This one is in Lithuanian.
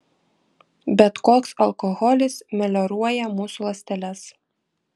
bet koks alkoholis melioruoja mūsų ląsteles